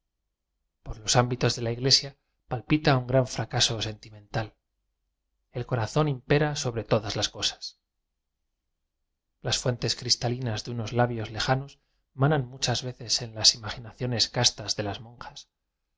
por los ámbitos de la iglesia palpita un gran fracaso sentimental el corazón im pera sobre todas las cosas las fuentes cristalinas de unos labios le janos manan muchas veces en las imagi naciones castas de las monjas